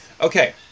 okay